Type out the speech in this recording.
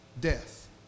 Death